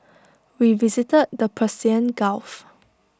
we visited the Persian gulf